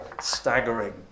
staggering